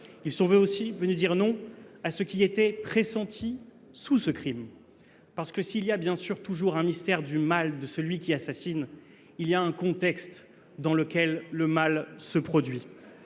Ils sont venus aussi dire non à ce qui était pressenti sous ce crime. Parce que s'il y a bien sûr toujours un mystère du mal de celui qui assassine, il y a un contexte dans lequel le mal se produit.